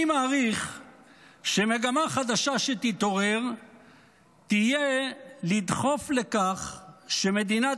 אני מעריך שמגמה חדשה שתתעורר תהיה לדחוף לכך שמדינת